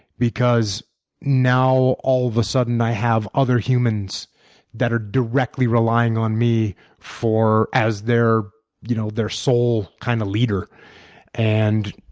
because now all of a sudden i have other humans that are directly relying on me as their you know their sole kind of leader and